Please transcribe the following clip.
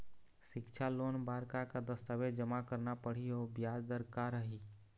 सिक्छा लोन बार का का दस्तावेज जमा करना पढ़ही अउ ब्याज दर का रही?